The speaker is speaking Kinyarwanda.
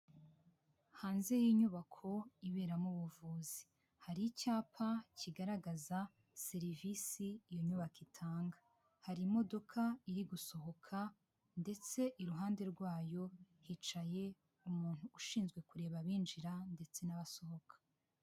Hanze y'inyubako ibera mu buvuzi, hari icyapa kigaragaza serivisi iyo nyubako itanga, hari imodoka iri gusohoka ndetse iruhande rwayo hicaye umuntu ushinzwe kureba abinjira ndetse n'abasohoka.